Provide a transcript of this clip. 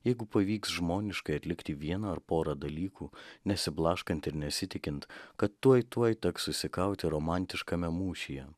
jeigu pavyks žmoniškai atlikti vieną ar porą dalykų nesiblaškant ir nesitikint kad tuoj tuoj teks susikauti romantiškame mūšyje